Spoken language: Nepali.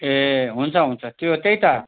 ए हुन्छ हुन्छ त्यो त्यही त